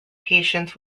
patients